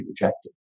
rejected